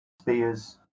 spears